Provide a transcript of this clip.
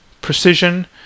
precision